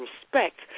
respect